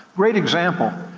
great example,